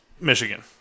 Michigan